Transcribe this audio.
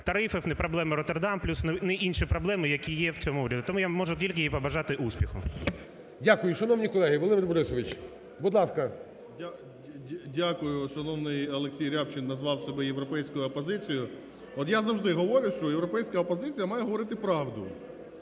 тарифів, не проблеми "Роттердам плюс", ні інші проблеми, які є в цьому уряді. Тому я можу тільки їй побажати успіху. ГОЛОВУЮЧИЙ. Дякую. Шановні колеги, Володимир Борисович, будь ласка. 11:14:04 ГРОЙСМАН В.Б. Я дякую. Шановний Олексій Рябчин назвав себе європейською опозицією. От я завжди говорю, що європейська опозиція має говорити правду,